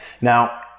now